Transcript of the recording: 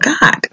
God